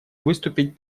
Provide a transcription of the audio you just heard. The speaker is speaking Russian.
выступить